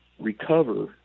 recover